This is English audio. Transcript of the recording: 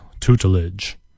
tutelage